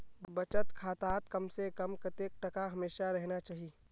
बचत खातात कम से कम कतेक टका हमेशा रहना चही?